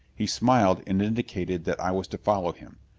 he smiled and indicated that i was to follow him.